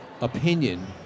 opinion